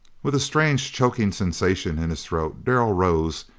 with a strange, choking sensation in his throat darrell rose,